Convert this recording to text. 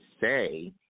say